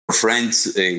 friends